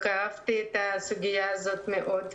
וכאבתי את הסוגיה הזאת מאוד.